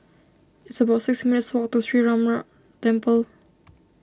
it's about six minutes' walk to Sree Ramar Temple